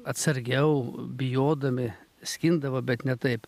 atsargiau bijodami skindavo bet ne taip